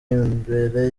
imbere